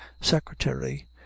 secretary